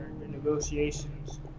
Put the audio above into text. negotiations